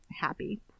happy